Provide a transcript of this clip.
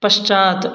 पश्चात्